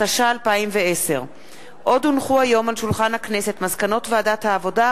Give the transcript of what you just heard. התשע"א 2010. מסקנות ועדת העבודה,